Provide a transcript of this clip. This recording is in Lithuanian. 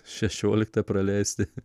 šešioliktą praleisti